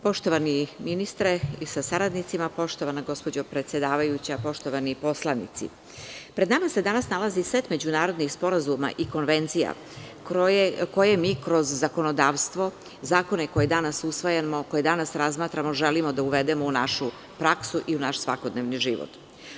Poštovani ministre sa saradnicima, poštovana gospođo predsedavajuća, poštovani poslanici, pred nama se danas nalazi set međunarodnih sporazuma i konvencija koje mi kroz zakonodavstvo, zakone koje danas usvajamo, koje danas razmatramo želimo da uvedemo u našu praksu i u naš svakodnevni život.